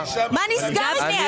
מה נסגר איתכם?